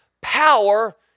power